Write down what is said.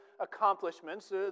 accomplishments